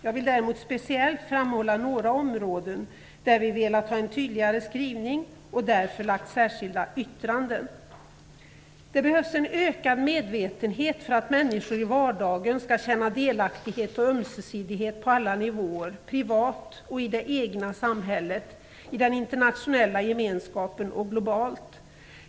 Jag vill däremot speciellt framhålla några områden där vi har velat ha en tydligare skrivning och därför lagt fram särskilda yttranden. Det behövs en ökad medvetenhet för att människor i vardagen skall känna delaktighet och ömsesidighet på alla nivåer, privat och i det egna samhället, i den internationella gemenskapen och globalt.